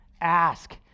ask